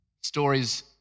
stories